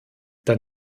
dann